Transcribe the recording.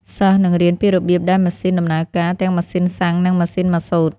សិស្សនឹងរៀនពីរបៀបដែលម៉ាស៊ីនដំណើរការ ទាំងម៉ាស៊ីនសាំងនិងម៉ាស៊ីនម៉ាស៊ូត។